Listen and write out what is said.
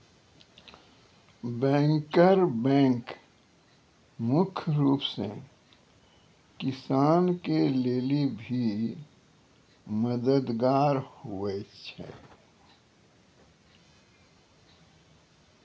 banker bank मुख्य रूप से किसान के लेली भी मददगार हुवै छै